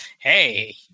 hey